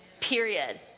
Period